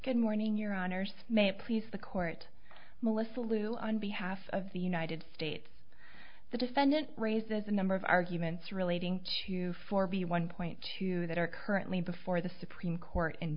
good morning your honor so may it please the court melissa lou on behalf of the united states the defendant raises a number of arguments relating to forty one point two that are currently before the supreme court in